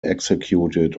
executed